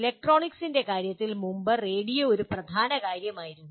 ഇലക്ട്രോണിക്സിന്റെ കാര്യത്തിൽ മുമ്പ് റേഡിയോ ഒരു പ്രധാന കാര്യമായിരുന്നു